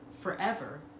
forever